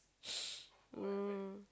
um